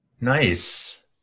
Nice